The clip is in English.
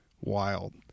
wild